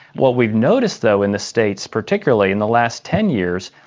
what we've noticed though in the states, particularly in the last ten years,